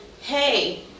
hey